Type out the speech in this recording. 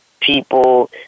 people